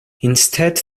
instead